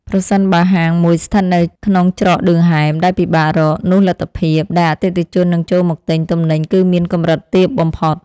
ប្រសិនបើហាងមួយស្ថិតនៅក្នុងច្រកឌឿមហែមដែលពិបាករក នោះលទ្ធភាពដែលអតិថិជននឹងចូលមកទិញទំនិញគឺមានកម្រិតទាបបំផុត។